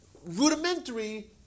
rudimentary